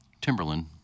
Timberland